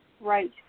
Right